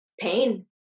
pain